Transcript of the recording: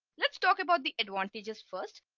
let's talk about the advantages first.